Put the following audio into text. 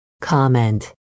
comment